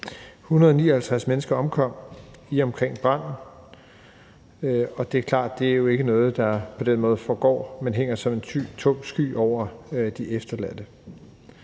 159 mennesker omkom i og omkring branden, og det er klart, at det jo ikke er noget, der på den måde forgår, men hænger som en mørk sky over de efterladte.